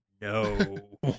No